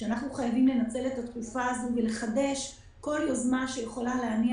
אנחנו חייבים לנצל את התקופה הזאת ולחדש כל יוזמה שיכולה להניע